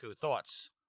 Thoughts